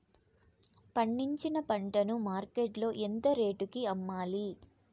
పండించిన పంట ను మార్కెట్ లో ఎంత రేటుకి అమ్మాలి?